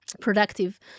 productive